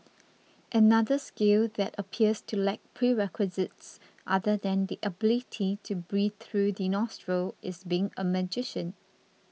another skill that appears to lack prerequisites other than the ability to breathe through the nostrils is being a magician